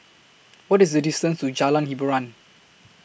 What IS The distance to Jalan Hiboran